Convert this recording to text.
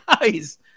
guys